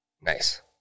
Nice